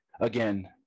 again